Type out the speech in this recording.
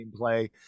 gameplay